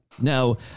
Now